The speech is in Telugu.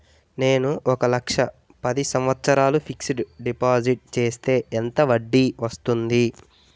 నేను ఒక లక్ష పది సంవత్సారాలు ఫిక్సడ్ డిపాజిట్ చేస్తే ఎంత వడ్డీ వస్తుంది?